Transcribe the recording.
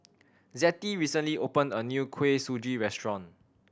Zettie recently opened a new Kuih Suji restaurant